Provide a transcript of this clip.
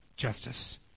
justice